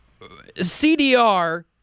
CDR